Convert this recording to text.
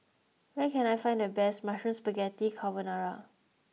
where can I find the best Mushroom Spaghetti Carbonara